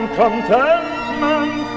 contentment